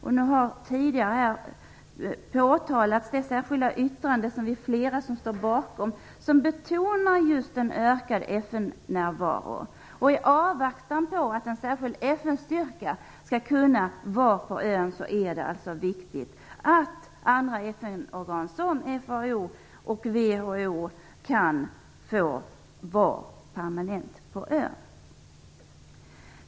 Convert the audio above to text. Tidigare har här påtalats det särskilda yttrande som vi är flera som står bakom. Det betonar vikten av en ökad FN-närvaro. I avvaktan på att en särskild FN styrka skall kunna finnas på ön är det alltså viktigt att andra FN-organ som FAO och WHO kan vara permanent på ön.